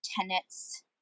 tenets